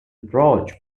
approach